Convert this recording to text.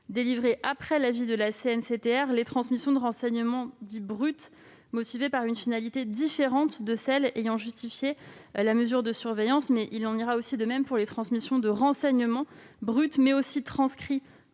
délivrée après avis de la CNCTR, les transmissions de renseignements « bruts » motivées par une finalité différente de celles qui ont justifié la mesure de surveillance. Il en ira de même des transmissions de renseignements « bruts », transcrits